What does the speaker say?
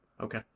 Okay